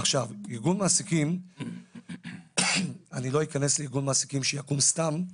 עכשיו, אני לא אכנס לארגון מעסיקים שיקום סתם,